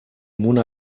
mona